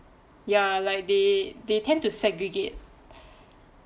ya like they they tend to segregate